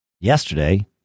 yesterday